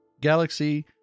galaxy